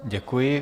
Děkuji.